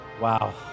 Wow